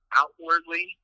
outwardly